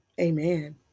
amen